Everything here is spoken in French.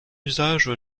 usage